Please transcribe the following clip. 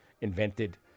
invented